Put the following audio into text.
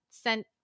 sent